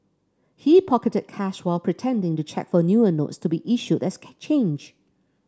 he pocketed cash while pretending to check for newer notes to be issued as change